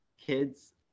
Kids